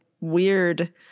weird